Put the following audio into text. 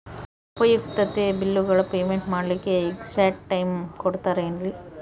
ಉಪಯುಕ್ತತೆ ಬಿಲ್ಲುಗಳ ಪೇಮೆಂಟ್ ಮಾಡ್ಲಿಕ್ಕೆ ಎಕ್ಸ್ಟ್ರಾ ಟೈಮ್ ಕೊಡ್ತೇರಾ ಏನ್ರಿ?